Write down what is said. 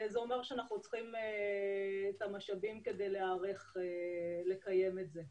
זה אומר שאנחנו צריכים את המשאבים כדי להיערך לקיים את זה.